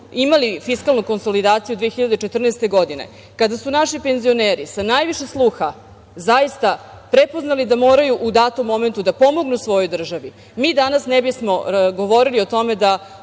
imali fiskalnu konsolidaciju 2014. godine, kada su naši penzioneri sa najviše sluha, zaista, prepoznali da moraju u datom momentu da pomognu svojoj državi, mi danas ne bismo govorili o tome da